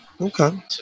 Okay